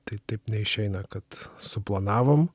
tai taip neišeina kad suplanavom